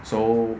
so